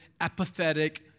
apathetic